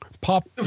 pop